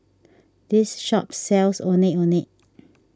this shop sells Ondeh Ondeh